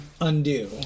undo